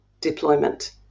deployment